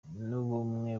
n’ubumwe